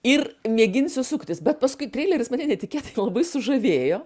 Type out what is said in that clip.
ir mėginsiu suktis bet paskui treileris mane netikėtai labai sužavėjo